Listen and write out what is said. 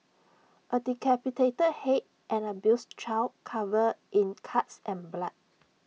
A decapitated Head an abused child covered in cuts and blood